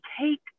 take